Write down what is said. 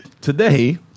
today